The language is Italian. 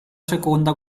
seconda